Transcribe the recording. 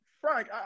Frank